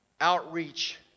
outreach